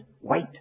wait